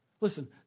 Listen